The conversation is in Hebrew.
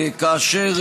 כאשר